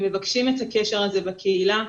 את מבקשים את הקשר הזה בקהילה.